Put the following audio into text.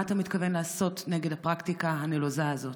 מה אתה מתכוון לעשות נגד הפרקטיקה הנלוזה הזאת?